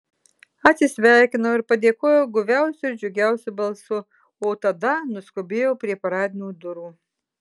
atsisveikinau ir padėkojau guviausiu ir džiugiausiu balsu o tada nuskubėjau prie paradinių durų